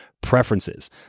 preferences